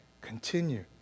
Continue